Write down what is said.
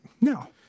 No